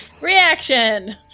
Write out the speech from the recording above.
Reaction